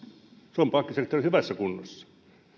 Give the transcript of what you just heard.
suomen pankkisektori on hyvässä kunnossa